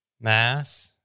Mass